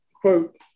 quote